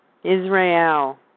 Israel